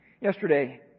Yesterday